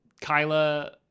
kyla